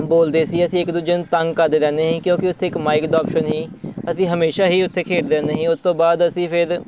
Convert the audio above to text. ਬੋਲਦੇ ਸੀ ਅਸੀਂ ਇੱਕ ਦੂਜੇ ਨੂੰ ਤੰਗ ਕਰਦੇ ਰਹਿੰਦੇ ਸੀ ਕਿਉਂਕਿ ਉੱਥੇ ਇੱਕ ਮਾਈਕ ਦਾ ਆਪਸ਼ਨ ਸੀ ਅਸੀਂ ਹਮੇਸ਼ਾ ਹੀ ਉੱਥੇ ਖੇਡਦੇ ਰਹਿੰਦੇ ਸੀ ਉਹ ਤੋਂ ਬਾਅਦ ਅਸੀਂ ਫਿਰ